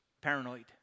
paranoid